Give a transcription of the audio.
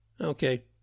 Okay